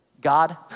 God